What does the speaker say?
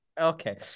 Okay